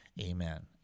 Amen